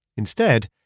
instead,